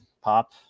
pop